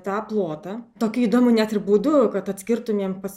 tą plotą tokiu įdomiu net ir būdu kad atskirtumėm